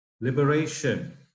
liberation